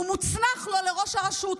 והוא מוצנח לו לראש הרשות.